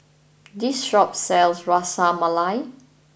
this shop sells Ras Malai